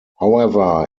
however